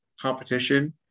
competition